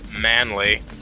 manly